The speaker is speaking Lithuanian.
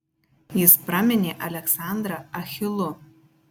jis praminė aleksandrą achilu